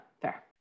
Fair